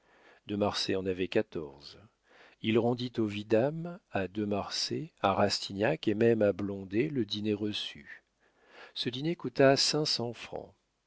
de marsay en avait quatorze il rendit au vidame à de marsay à rastignac et même à blondet le dîner reçu ce dîner coûta cinq cents francs